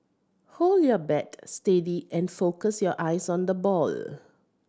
hold your bat steady and focus your eyes on the ball